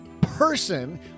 person